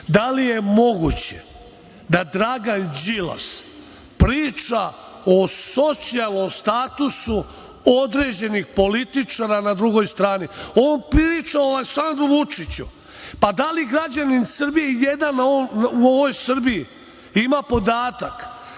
da li je moguće da Dragan Đilas priča o socijalnom statusu određenih političara na drugoj strani? On priča o Aleksandru Vučiću, pa da li građanin Srbije, ijedan u ovoj Srbiji, ima podatak